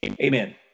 Amen